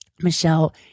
Michelle